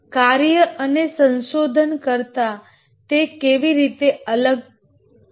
task અને exploration કરતા તે કેવી રીતે અલગ છે